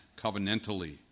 covenantally